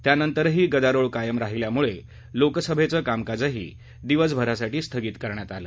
त्यानंतरही गदारोळ कायम राहिल्यामुळे लोकसभेचं कामकाजही दिवसभरासाठी स्थगित करण्यात आलं